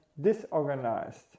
disorganized